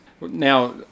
Now